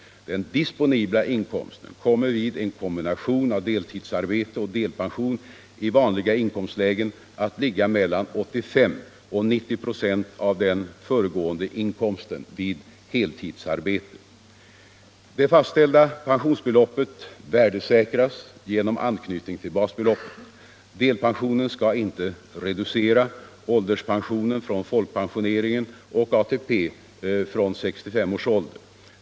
Den disponibla inkomsten kommer vid en kombination av deltidsarbete och. delpension i vanliga inkomstlägen att ligga mellan 85 och 90 96 av den föregående inkomsten vid heltidsarbete. Det fastställda pensionsbeloppet värdesäkras genom anknytning till basbeloppet. Delpensionen skall inte reducera ålderspensionen från folkpensioneringen och ATP från 65 års ålder.